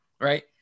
right